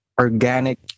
organic